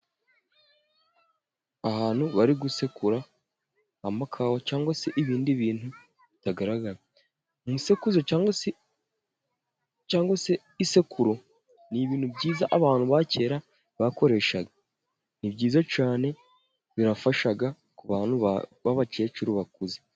Ahantu bari gusekura amakawa cyangwa se ibindi bintu bitagaragara. Umusekuzo cyangwa se isekuru, ni ibintu byiza abantu ba kera bakoreshaga, ni byiza cyane birafasha kubantu b'abakecuru bakuze.